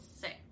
six